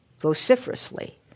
vociferously